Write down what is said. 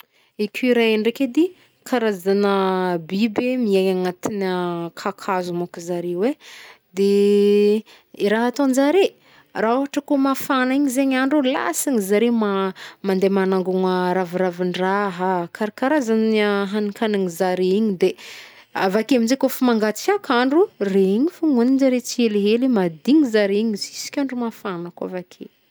Écureuil ndraiky edy, karazagna biby miaigna anatina kakazo manko zareo e. Raha ataon njare? Rah ôhatra kô mafagna igny zegny andrô, lasan zare ma- mandeh manangôgna raviravin-draha karkarazagnah hankan zare igny de, avake amnjay kôf mangatsiak'andro regny fôgn hoagninjare tsihelihely mahadigny zare igny jusk'andro mafagna koa avake.